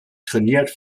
trainiert